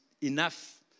enough